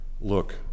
look